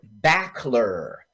Backler